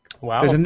Wow